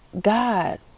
God